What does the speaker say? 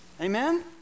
Amen